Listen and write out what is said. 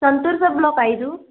సంతూర్ సబ్బులు ఒక ఐదు